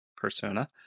Persona